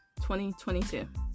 2022